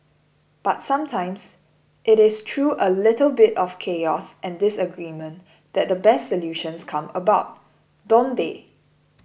but sometimes it is through a little bit of chaos and disagreement that the best solutions come about don't they